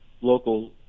local